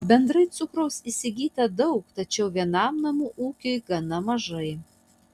bendrai cukraus įsigyta daug tačiau vienam namų ūkiui gana mažai